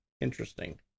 interesting